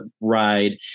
ride